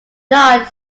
not